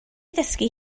ddysgu